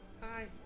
hi